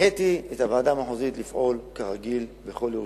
הנחיתי את הוועדה המחוזית לפעול כרגיל בכל ירושלים.